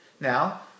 Now